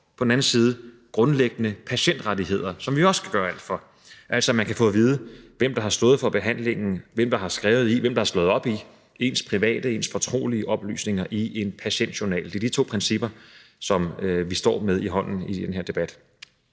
er der nogle grundlæggende patientrettigheder, som vi også skal gøre alt for, altså at man kan få at vide, hvem der har stået for behandlingen, og hvem der har skrevet i, hvem der har slået op i ens private, ens fortrolige oplysninger i en patientjournal. Det er de to principper, som vi står med i hånden i den her debat,